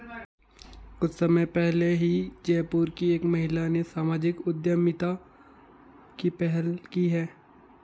कुछ समय पहले ही जयपुर की एक महिला ने सामाजिक उद्यमिता की पहल की है